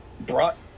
brought